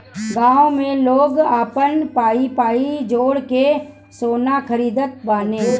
गांव में लोग आपन पाई पाई जोड़ के सोना खरीदत बाने